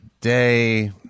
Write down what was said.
day